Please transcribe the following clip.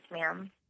ma'am